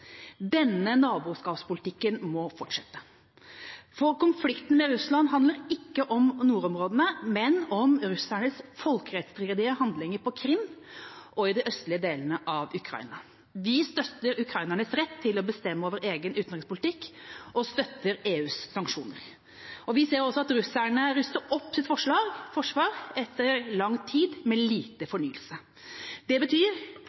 Denne naboskapspolitikken må fortsette, for konflikten med Russland handler ikke om nordområdene, men om russernes folkerettsstridige handlinger på Krim og i de østlige delene av Ukraina. Vi støtter ukrainernes rett til å bestemme over egen utenrikspolitikk og støtter EUs sanksjoner. Vi ser også at russerne ruster opp sitt forsvar etter lang tid med lite fornyelse. Det betyr